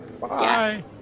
Bye